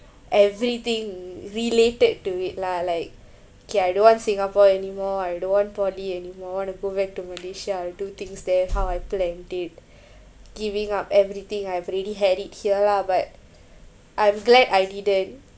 everything related to it lah like kay I don't want singapore anymore I don't want poly anymore I want to go back to malaysia I'll do things there how I planned it giving up everything I've already had it here lah but I'm glad I didn't